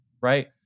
right